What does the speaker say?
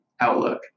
outlook